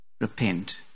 Repent